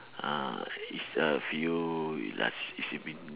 ah it's a few it last it's it's been